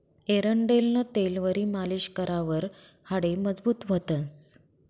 एरंडेलनं तेलवरी मालीश करावर हाडे मजबूत व्हतंस